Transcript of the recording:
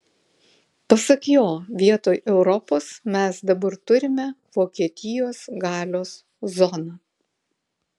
pasak jo vietoj europos mes dabar turime vokietijos galios zoną